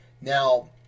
Now